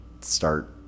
start